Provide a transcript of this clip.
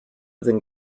than